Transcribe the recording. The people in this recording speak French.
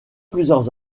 plusieurs